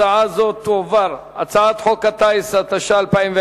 הצעת חוק הטיס, התש"ע 2010,